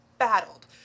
battled